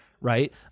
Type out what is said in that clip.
right